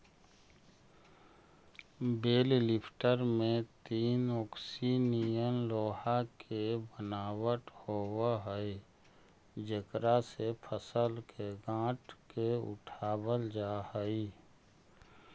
बेल lifter में तीन ओंकसी निअन लोहा के बनावट होवऽ हई जेकरा से फसल के गाँठ के उठावल जा हई